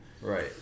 Right